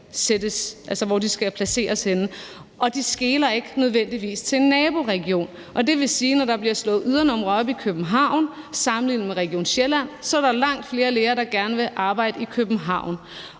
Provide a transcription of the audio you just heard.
skal placeres henne, og de skeler ikke nødvendigvis til en naboregion. Det vil sige, at når der bliver slået ydernumre op i København sammenlignet med Region Sjælland, så er der langt flere læger, der gerne vil arbejde i København.